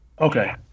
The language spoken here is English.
Okay